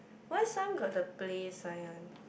why some got the play sign one